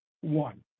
one